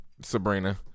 Sabrina